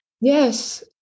Yes